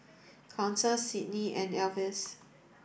Council Sydni and Alvis